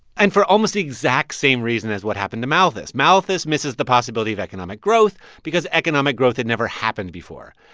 and for almost the exact same reason as what happened to malthus. malthus misses the possibility of economic growth because economic growth had never happened before.